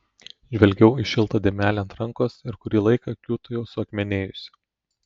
žvelgiau į šiltą dėmelę ant rankos ir kurį laiką kiūtojau suakmenėjusi